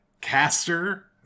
caster